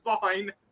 fine